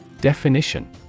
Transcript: Definition